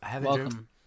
Welcome